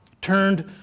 turned